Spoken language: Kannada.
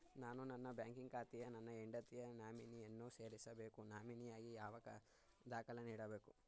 ನಾನು ನನ್ನ ಬ್ಯಾಂಕಿನ ಖಾತೆಗೆ ನನ್ನ ಹೆಂಡತಿಯ ನಾಮಿನಿಯನ್ನು ಸೇರಿಸಬೇಕು ನಾಮಿನಿಗಾಗಿ ಯಾವ ದಾಖಲೆ ನೀಡಬೇಕು?